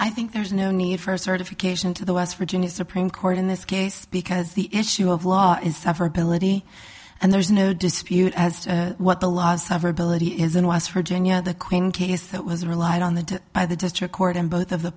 i think there's no need for certification to the west virginia supreme court in this case because the issue of law is tougher ability and there's no dispute as to what the law is severability is in west virginia the quinn case that was relied on the by the district court in both of the